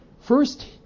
first